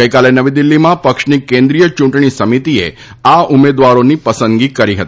ગઈકાલે નવી દિલ્હીમાં પક્ષની કેન્દ્રિય યૂંટણી સમિતિએ આ ઉમેદવારોની પસંદગી કરી હતી